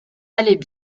allaient